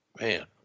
Man